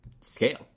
scale